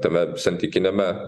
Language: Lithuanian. tame santykiniame